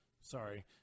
sorry